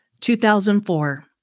2004